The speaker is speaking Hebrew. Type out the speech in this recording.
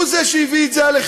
הוא שהביא את זה עליכם,